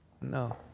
No